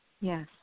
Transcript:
yes